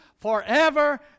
forever